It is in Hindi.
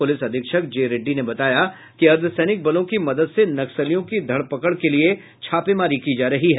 पुलिस अधीक्षक जे रेड्डी ने बताया कि अर्धसैनिक बलों की मदद से नक्सलियों की धड़पकर के लिए छापेमारी की जा रही है